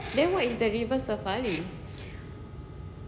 then what is the river safari